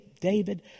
David